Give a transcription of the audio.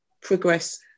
progress